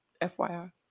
FYI